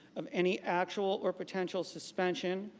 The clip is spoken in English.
of any actual or potential suspension,